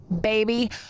baby